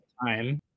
time